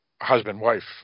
husband-wife